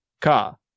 car